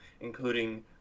including